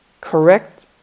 correct